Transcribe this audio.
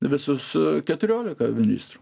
visus keturiolika ministrų